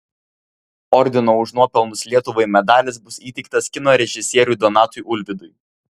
ordino už nuopelnus lietuvai medalis bus įteiktas kino režisieriui donatui ulvydui